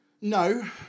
No